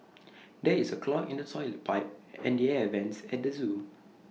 there is A clog in the Toilet Pipe and the air Vents at the Zoo